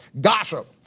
gossip